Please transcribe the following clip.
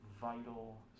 vital